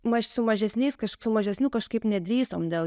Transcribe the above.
su mažesniais kažkokių mažesnių kažkaip nedrįsome dėl